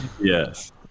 Yes